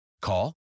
Call